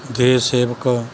ਦੇਸ਼ ਸੇਵਕ